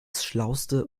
schlauste